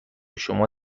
شما